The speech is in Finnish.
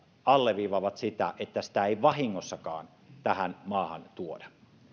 alleviivaavat sitä että sitä ei vahingossakaan tähän maahan tuoda